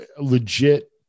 legit